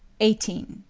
eighteen.